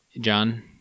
John